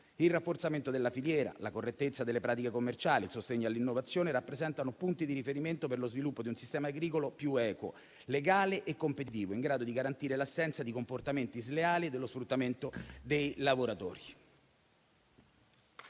Il rafforzamento della filiera, la correttezza delle pratiche commerciali, il sostegno all'innovazione rappresentano punti di riferimento per lo sviluppo di un sistema agricolo più equo, legale e competitivo, in grado di garantire l'assenza di comportamenti sleali e dello sfruttamento dei lavoratori.